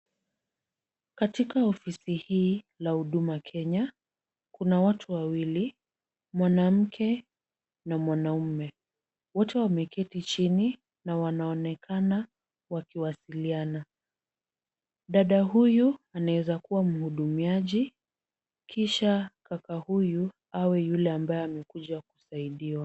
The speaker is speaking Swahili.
Katika ofisi hii la Huduma Kenya kuna watu wawili, mwanamke na mwanamume. Wote wameketi chini na wanaonekana wakiwasiliana. Dada huyu anaeza kuwa mhudumiaji kisha kaka huyu awe yule amekuja kusaidiwa.